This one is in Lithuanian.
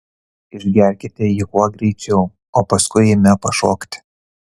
išgerkite jį kuo greičiau o paskui eime pašokti